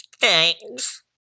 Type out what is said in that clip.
Thanks